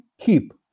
keep